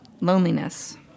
loneliness